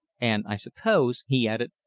and i suppose, he added,